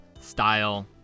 style